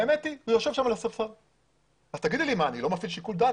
אז תגידי לי, אני לא מפעיל שיקול דעת?